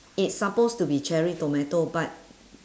it's suppose to be cherry tomato but